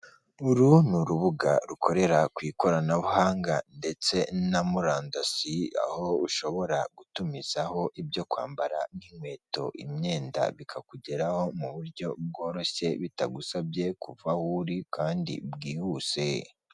Uru ni urubuga rukorera ku ikoranabuhanga ndetse na murandasi, aho ushobora gutumizaho ibyo kwambara nk'inkweto, imyenda bikakugeraho mu buryo bworoshye bitagusabye kuva aho uri kandi bwihuse.